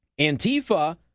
Antifa